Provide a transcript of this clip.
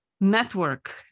network